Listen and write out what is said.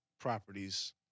properties